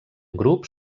grup